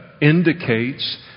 indicates